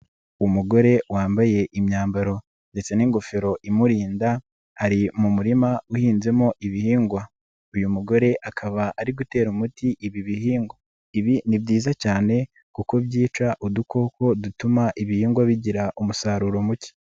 Umugore wambaye imyambaro ndetse n'ingofero imurinda ari mu murima uhinzemo ibihingwa, uyu mugore akaba ari gutera umuti ibi bihingwa, ibi ni byiza cyane kuko byica udukoko dutuma ibihingwa bigira umusaruro muke.